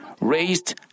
raised